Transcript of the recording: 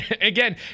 Again